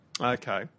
Okay